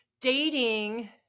dating